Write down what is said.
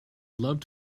loved